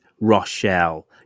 Rochelle